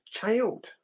child